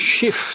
shift